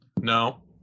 No